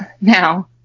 now